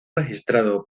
registrado